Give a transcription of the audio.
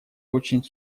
очень